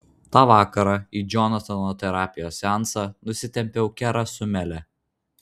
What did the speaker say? tą vakarą į džonatano terapijos seansą nusitempiau kerą su mele